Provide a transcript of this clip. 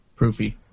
Proofy